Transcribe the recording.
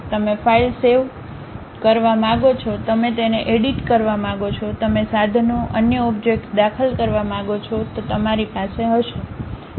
તમે file save કરવું માંગો છો તમે તેને એડિટ કરવા માંગો છો તમે સાધનો અન્ય ઓબ્જેક્ટ્સ દાખલ કરવા માંગો છો તમારી પાસે હશે